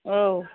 औ